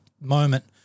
moment